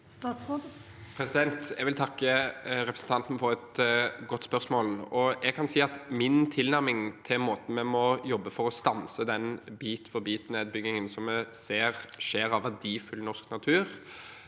Jeg vil takke representanten for et godt spørsmål. Jeg kan si at min tilnærming til måten vi må jobbe på for å stanse den bit-for-bit-nedbyggingen av verdifull norsk natur